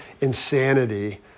insanity